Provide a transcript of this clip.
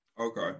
Okay